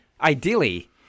ideally